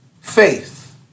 faith